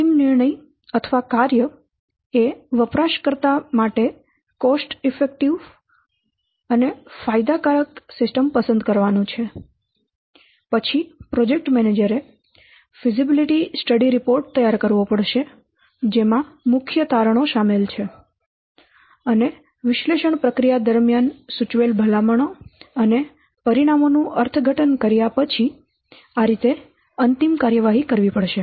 અંતિમ નિર્ણય અથવા કાર્ય એ વપરાશકર્તા માટે કોસ્ટ ઈફેક્ટીવ અને ફાયદાકારક સિસ્ટમ પસંદ કરવાનું છે પછી પ્રોજેક્ટ મેનેજરે ફિઝીબિલિટી સ્ટડી રીપોર્ટ તૈયાર કરવો પડશે જેમાં મુખ્ય તારણો શામેલ છે અને વિશ્લેષણ પ્રક્રિયા દરમિયાન સૂચવેલ ભલામણો અને પરિણામો નું અર્થઘટન કર્યા પછી આ રીતે અંતિમ કાર્યવાહી કરવી પડશે